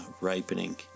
ripening